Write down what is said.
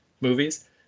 movies